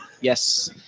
Yes